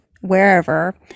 wherever